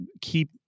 keep